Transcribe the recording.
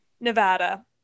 nevada